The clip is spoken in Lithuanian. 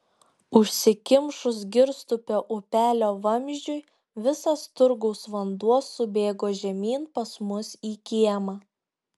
užsikimšus girstupio upelio vamzdžiui visas turgaus vanduo subėgo žemyn pas mus į kiemą